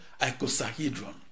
icosahedron